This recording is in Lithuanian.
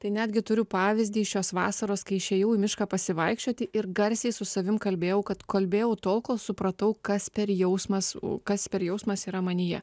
tai netgi turiu pavyzdį iš šios vasaros kai išėjau į mišką pasivaikščioti ir garsiai su savim kalbėjau kad kalbėjau tol kol supratau kas per jausmas kas per jausmas yra manyje